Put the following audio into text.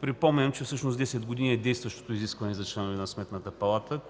Припомням, че всъщност 10 години е действащото изискване за членове на Сметната палата.